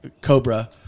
Cobra